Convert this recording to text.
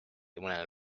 mõnele